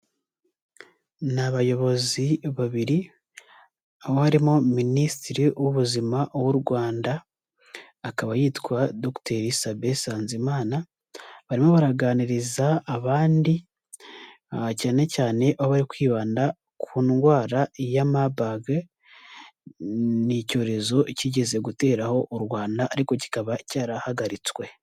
Ni abayobozi babiri, aho harimo minisitiri w'ubuzima w'u Rwanda, akaba yitwa Dokiteri Sabin Nsanzimana, barimo baraganiriza abandi, cyane cyane aho bari kwibanda ku ndwara ya Maburg, ni icyorezo kigeze guteraho u Rwanda, ariko kikaba cyarahagaritswe.